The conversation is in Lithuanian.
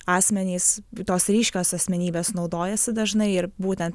asmenys tos ryškios asmenybės naudojasi dažnai ir būtent